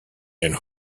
and